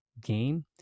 game